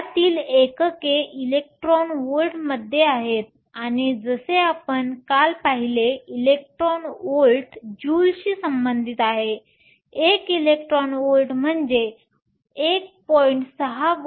यातील एकके इलेक्ट्रॉन व्होल्टमध्ये आहेत आणि जसे आपण काल पाहिले इलेक्ट्रॉन व्होल्ट ज्यूल्सशी संबंधित आहे एक इलेक्ट्रॉन व्होल्ट म्हणजे 1